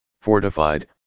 fortified